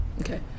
Okay